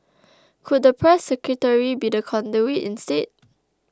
could the press secretary be the conduit instead